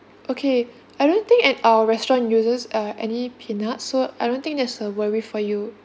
okay I don't think at our restaurant uses err any peanut so I don't think there's a worry for you